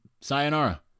sayonara